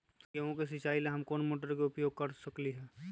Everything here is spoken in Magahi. गेंहू के सिचाई ला हम कोंन मोटर के उपयोग कर सकली ह?